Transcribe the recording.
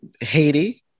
Haiti